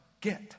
get